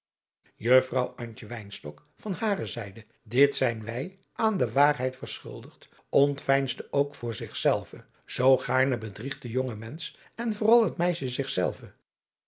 wynstok van hare zijde dit zijn wij aan de waarheid verschuldigd ontveinsde ook voor zich zelve zoo gaarne bedriegt de jonge mensch en vooral het meisje